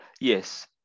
Yes